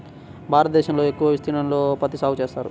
భారతదేశంలో ఎక్కువ విస్తీర్ణంలో పత్తి సాగు చేస్తారు